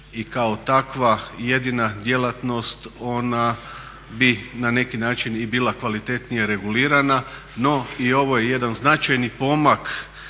i kao takva jedina djelatnost ona bi na neki način i bila kvalitetnije regulirana, no i ovo je jedan značajni pomak